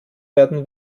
werden